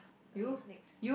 okay next